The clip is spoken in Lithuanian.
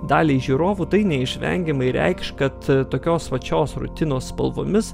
daliai žiūrovų tai neišvengiamai reikš kad tokios vat šios rutinos spalvomis